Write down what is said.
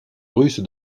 russe